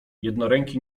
jednoręki